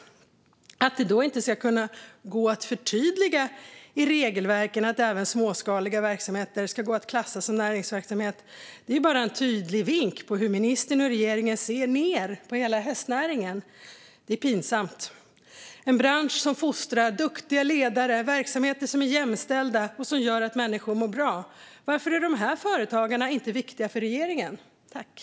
Att det då inte ska kunna gå att förtydliga i regelverken att även småskalig verksamheter ska gå att klassa som näringsverksamhet är bara en tydlig vink på hur ministern och regeringen ser ned på hela hästnäringen. Det är pinsamt.